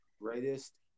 greatest